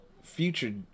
Future